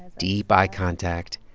deep eye contact.